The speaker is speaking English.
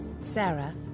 Sarah